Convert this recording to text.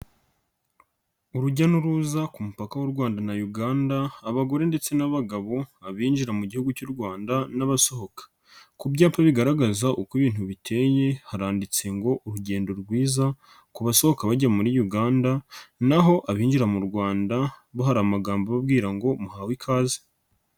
Urujya n'uruza ku mupaka w'u Rwanda na Uganda abagore ndetse n'abagabo abinjira mu Gihugu cy'u Rwanda n'abasohoka, ku byapa bigaragaza uko ibintu biteye haranditse ngo urugendo rwiza ku basohoka bajya muri Uganda naho abinjira mu Rwanda bo hari amagambo ababwira ngo muhawe ikaze.